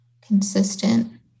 consistent